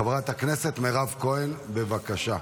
חברת הכנסת מירב כהן, בבקשה.